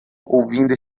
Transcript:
ouvindo